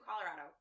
Colorado